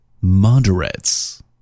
moderates